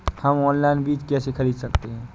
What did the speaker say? हम ऑनलाइन बीज कैसे खरीद सकते हैं?